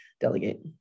delegate